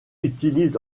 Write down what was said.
utilise